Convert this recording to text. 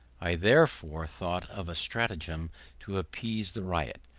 i therefore thought of a stratagem to appease the riot.